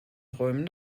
räumen